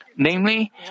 Namely